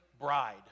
bride